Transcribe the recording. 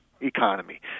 economy